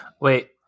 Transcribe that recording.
Wait